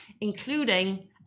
including